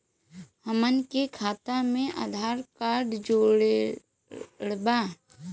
हमन के खाता मे आधार कार्ड जोड़ब?